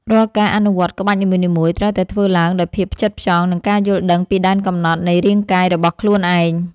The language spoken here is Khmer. រាល់ការអនុវត្តក្បាច់នីមួយៗ ត្រូវតែធ្វើឡើងដោយភាពផ្ចិតផ្ចង់ និងការយល់ដឹងពីដែនកំណត់នៃរាងកាយរបស់ខ្លួនឯង។